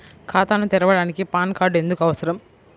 ఖాతాను తెరవడానికి PAN card ఎందుకు అవసరము?